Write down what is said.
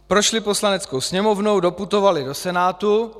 Prošly Poslaneckou sněmovnou, doputovaly do Senátu.